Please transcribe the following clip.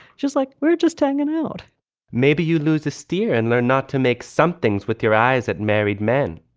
just like we're just hanging out maybe you lose the steer and learn not to make somethings with your eyes at married men.